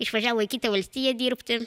išvažiavo į kitą valstiją dirbti